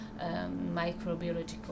microbiological